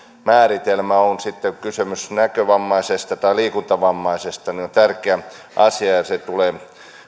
määritelmä on sitten kysymys näkövammaisesta tai liikuntavammaisesta on tärkeä asia ja se tulee